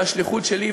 והשליחות שלי,